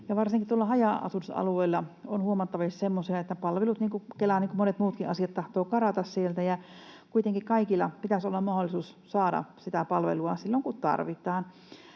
Varsinkin tuolla haja-asutusalueilla on huomattavissa semmoista, että palvelut, niin Kela kuin monet muutkin asiat, tahtovat karata sieltä, ja kuitenkin kaikilla pitäisi olla mahdollisuus saada palvelua silloin kun tarvitaan.